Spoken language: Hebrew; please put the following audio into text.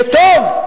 וטוב,